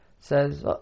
says